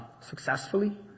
successfully